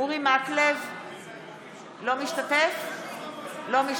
(קוראת בשמות חברי הכנסת) אורי מקלב,